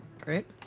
Great